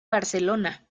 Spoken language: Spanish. barcelona